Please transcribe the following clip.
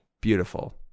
beautiful